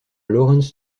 lawrence